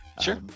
Sure